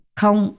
không